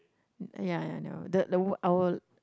ya ya I never the the wood I will